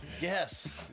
Yes